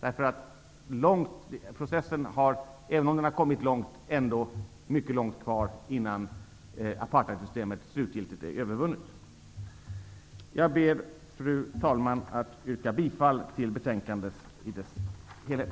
Även om processen har kommit långt, är det ändå långt kvar innan apartheidsystemet slutgiltigt är övervunnet. Fru talman! Jag ber att få yrka bifall till hemställan i betänkandet.